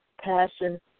passion